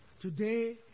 Today